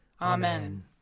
Amen